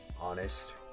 honest